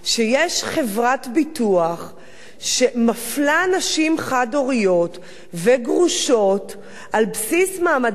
שיש חברת ביטוח שמפלה נשים חד-הוריות וגרושות על בסיס מעמדן